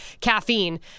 caffeine